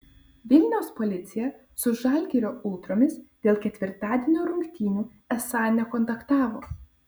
vilniaus policija su žalgirio ultromis dėl ketvirtadienio rungtynių esą nekontaktavo